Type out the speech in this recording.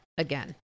Again